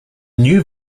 new